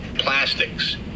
plastics